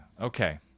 Okay